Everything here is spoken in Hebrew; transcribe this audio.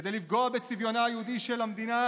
כדי לפגוע בצביונה היהודי של המדינה,